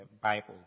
Bible